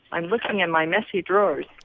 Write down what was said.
i'm looking in my messy drawers